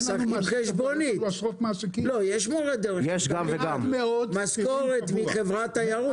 יש משכורת מחברת תיירות.